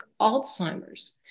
Alzheimer's